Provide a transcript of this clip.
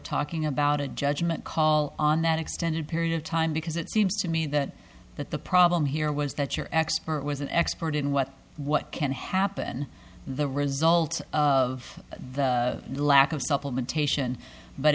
talking about a judgment call on that extended period of time because it seems to me that that the problem here was that your expert was an expert in what what can happen the result of the lack of supplementation but